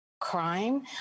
crime